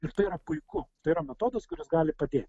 ir tai yra puiku tai yra metodas kuris gali padėt